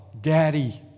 daddy